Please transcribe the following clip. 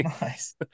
Nice